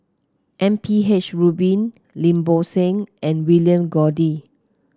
M P H Rubin Lim Bo Seng and William Goode